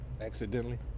Accidentally